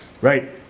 Right